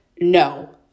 no